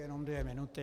Jenom dvě minuty.